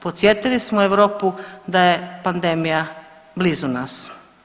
Podsjetili smo Europu da je pandemija blizu nas.